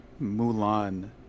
Mulan